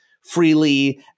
freely